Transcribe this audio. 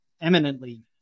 eminently